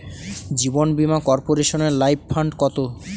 জীবন বীমা কর্পোরেশনের life fund কত?